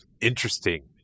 interesting